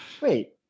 wait